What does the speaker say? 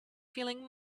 feeling